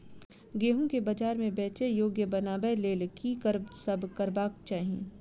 गेंहूँ केँ बजार मे बेचै योग्य बनाबय लेल की सब करबाक चाहि?